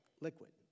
liquid